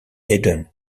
eden